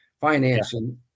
financing